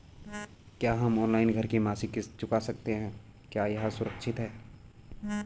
क्या हम ऑनलाइन घर की मासिक किश्त चुका सकते हैं क्या यह सुरक्षित है?